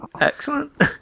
Excellent